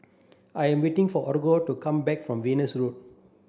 I'm waiting for Olga to come back from Venus Road